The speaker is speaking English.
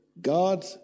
God